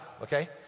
Okay